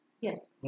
Yes